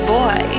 boy